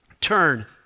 Turn